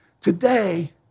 Today